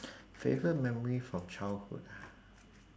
favourite memory from childhood ah